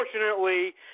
unfortunately